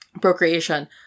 procreation